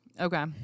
Okay